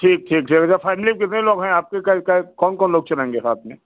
ठीक ठीक ठीक अच्छा फैमिली में कितने लोग हैं आपके कै कै कौन कौन लोग चलेंगे साथ में